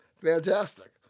Fantastic